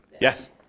Yes